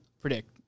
predict